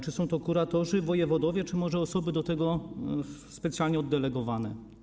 Czy są to kuratorzy, wojewodowie, czy może osoby do tego specjalnie oddelegowane?